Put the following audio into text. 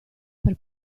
per